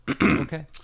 okay